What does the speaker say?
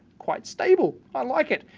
quite stable. i like it.